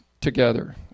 together